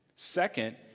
Second